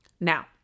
Now